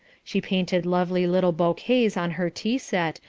she painted lovely little bouquets on her tea-set,